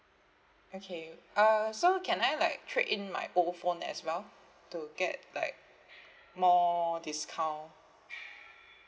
okay uh so can I like trade in my old phone as well to get like more discount